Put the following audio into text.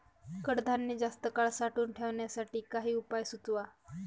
कडधान्य जास्त काळ साठवून ठेवण्यासाठी काही उपाय सुचवा?